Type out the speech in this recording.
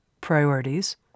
priorities